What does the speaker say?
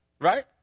right